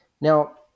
Now